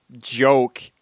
joke